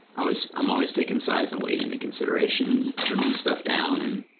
always um always taking size and weight into consideration trimming stuff down and